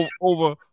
over